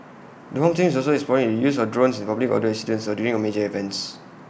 the home team is also exploring the use of drones in public order incidents or during major events